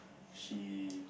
she